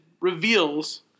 reveals